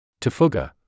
Tafuga